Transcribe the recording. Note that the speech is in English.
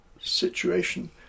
situation